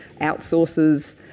outsources